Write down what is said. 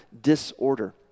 disorder